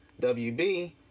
WB